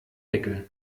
deckel